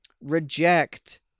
Reject